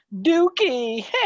dookie